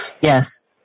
Yes